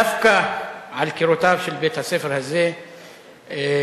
דווקא על קירותיו של בית-הספר הזה לצייר